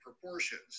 proportions